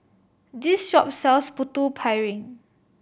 this shop sells Putu Piring